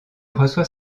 reçoit